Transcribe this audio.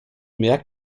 mehr